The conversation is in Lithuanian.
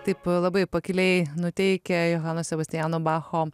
taip labai pakiliai nuteikia johano sebastiano bacho